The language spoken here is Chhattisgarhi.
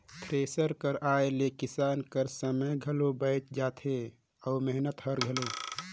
थेरेसर कर आए ले किसान कर समे घलो बाएच जाथे अउ मेहनत हर घलो